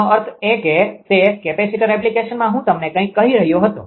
તેનો અર્થ એ કે તે કેપેસિટર એપ્લિકેશનમાં હું તમને કંઈક કહી રહ્યો હતો